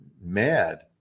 mad